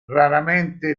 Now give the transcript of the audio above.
raramente